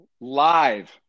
live